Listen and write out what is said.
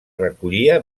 recollia